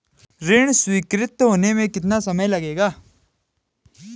ऋण स्वीकृति होने में कितना समय लगेगा?